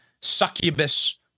succubus